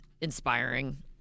inspiring